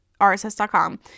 rss.com